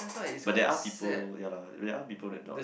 but there are people ya lah there are people that not